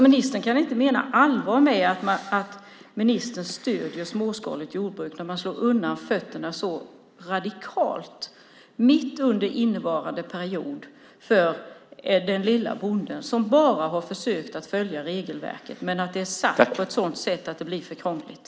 Ministern kan inte mena allvar med att han stöder småskaligt jordbruk när regeringen slår undan benen så radikalt mitt under innevarande period för den lilla bonden, som bara har försökt att följa ett krångligt regelverk.